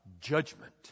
judgment